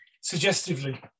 suggestively